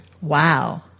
Wow